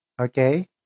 okay